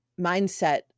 mindset